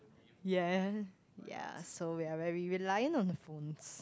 ya ya so we are very reliant on the phones